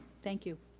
thank you.